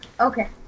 Okay